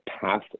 path